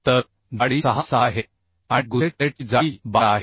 तर जाडी 6 6 आहे आणि गुसेट प्लेटची जाडी 12 आहे